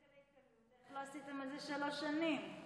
לא עשיתם את זה שלוש שנים?